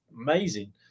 amazing